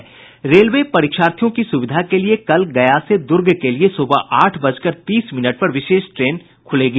railway परीक्षार्थियों की सुविधा के लिए कल गया से दूर्ग के लिए सुबह आठ बजकर तीस मिनट पर विशेष ट्रेन खुलेगी